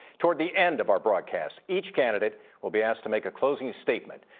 toward the end of our broadcast, each candidate will be asked to make a closing statement.